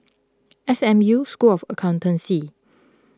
S M U School of Accountancy